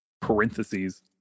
parentheses